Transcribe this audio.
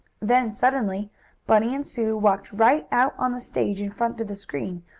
then suddenly bunny and sue walked right out on the stage in front of the screen,